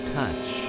touch